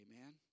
amen